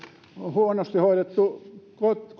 huonosti hoidettu